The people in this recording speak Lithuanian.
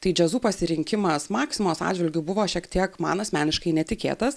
tai džiazu pasirinkimas maksimos atžvilgiu buvo šiek tiek man asmeniškai netikėtas